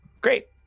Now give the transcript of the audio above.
Great